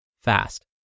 fast